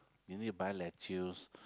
you need to buy lettuce